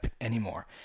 anymore